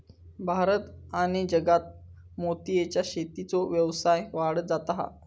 भारत आणि जगात मोतीयेच्या शेतीचो व्यवसाय वाढत जाता हा